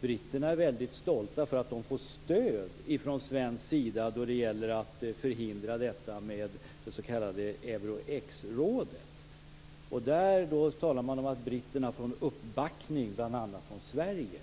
britterna är väldigt stolta för att de får stöd från svensk sida då det gäller att förhindra det s.k. Euro-X-rådet. Det är något som verifierar det jag har sagt i debatten. Det skrivs att britterna får en uppbackning bl.a. från Sverige.